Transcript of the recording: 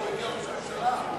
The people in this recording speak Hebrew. ראש הממשלה.